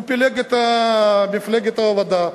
הוא פילג את מפלגת העבודה,